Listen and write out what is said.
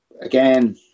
again